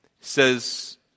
says